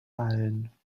allen